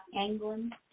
England